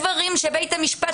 אלה דברים שבית המשפט עסק בהם.